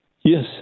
Yes